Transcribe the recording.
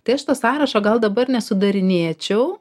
tai aš to sąrašo gal dabar nesudarinėčiau